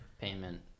payment